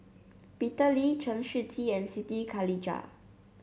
Peter Lee Chen Shiji and Siti Khalijah